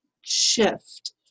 shift